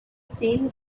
seen